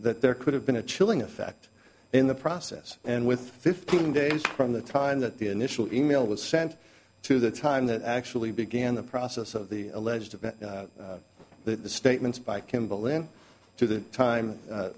that there could have been a chilling effect in the process and with fifteen days from the time that the initial in mail was sent to the time that actually began the process of the alleged of the statements by kimball then to the time